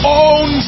own